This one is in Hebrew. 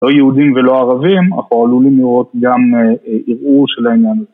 ‫לא יהודים ולא ערבים, ‫אנחנו עלולים לראות גם ערעור גם של העניין הזה.